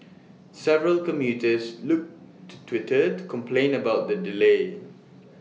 several commuters look to Twitter to complain about the delay